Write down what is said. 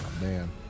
man